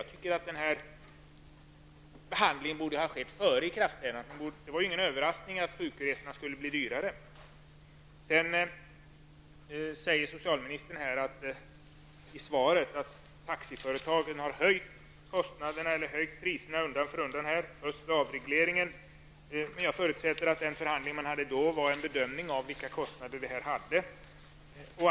Jag tycker att den behandlingen borde ha skett före ikraftträdandet. Det var ju ingen överraskning att sjukresorna skulle bli dyrare. Socialministern säger i svaret att taxiföretagen har höjt priserna undan för undan sedan avregleringen. Men jag förutsätter att den förhandling som då skedde byggde på en bedömning av vilka kostnader de hade.